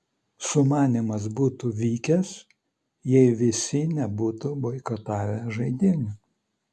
sumanymas būtų vykęs jei visi nebūtų boikotavę žaidynių